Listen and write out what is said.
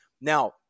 Now